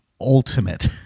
ultimate